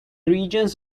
regions